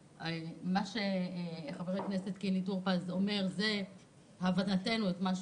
חבר הכנסת טור פז שיקף את הבנתנו לגבי מה שהוצג,